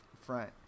front